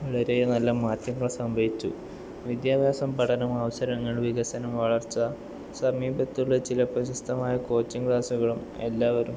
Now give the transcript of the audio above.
വളരെ നല്ല മാറ്റങ്ങൾ സംഭവിച്ചു വിദ്യാഭ്യാസം പഠനം അവസരങ്ങൾ വികസനം വളർച്ച സമീപത്തുള്ള ചില പ്രശസ്തമായ കോച്ചിങ്ങ് ക്ലാസ്സുകളും എല്ലാവരും